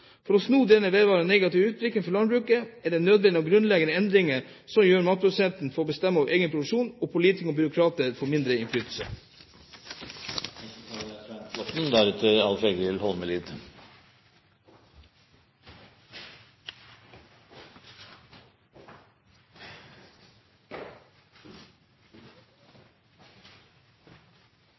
For å snu denne vedvarende negative utviklingen for landbruket er det nødvendig med grunnleggende endringer som gjør at matprodusentene får bestemme over egen produksjon, og at politikere og byråkrater får mindre innflytelse. Det er et viktig tema interpellanten tar opp. Det er